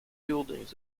buildings